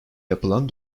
yapılan